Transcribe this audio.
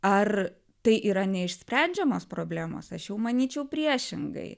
ar tai yra neišsprendžiamos problemos aš jau manyčiau priešingai